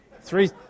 Three